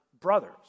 brothers